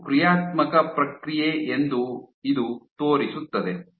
ಇದು ಕ್ರಿಯಾತ್ಮಕ ಪ್ರಕ್ರಿಯೆ ಎಂದು ಇದು ತೋರಿಸುತ್ತದೆ